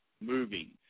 moving